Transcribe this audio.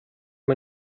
man